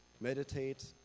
meditate